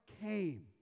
came